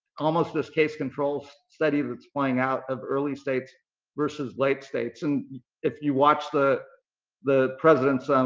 almost this case control study that's flying out of early states versus late states. and if you watch the the president's